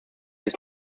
ist